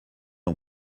ans